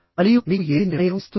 మరియు మీకు ఏది నిర్ణయం ఇస్తుంది